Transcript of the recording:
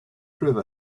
prove